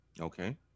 Okay